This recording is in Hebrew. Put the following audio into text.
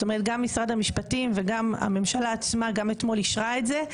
זאת אומרת שגם משרד המשפטים וגם הממשלה עצמה גם אתמול אישרה את זה,